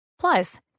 Plus